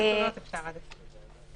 עד 10 אנשים בחוץ.